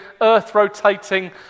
earth-rotating